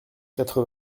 quatre